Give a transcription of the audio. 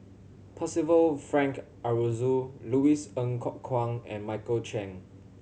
Percival Frank Aroozoo Louis Ng Kok Kwang and Michael Chiang